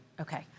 Okay